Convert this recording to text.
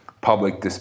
public